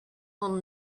will